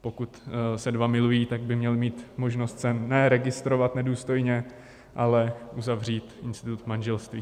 Pokud se dva milují, tak by měli mít možnost se ne registrovat nedůstojně, ale uzavřít institut manželství.